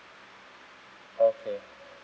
okay